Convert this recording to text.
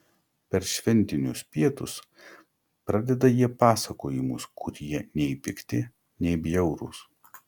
per šventinius pietus pradeda jie pasakojimus kurie nei pikti nei bjaurūs